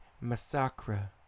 Massacre